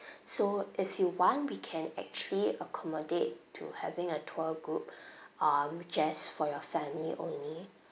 so if you want we can actually accommodate to having a tour group um just for your family only